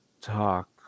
talk